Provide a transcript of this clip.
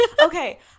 Okay